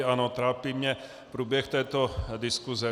Ano, trápí mě průběh této diskuse.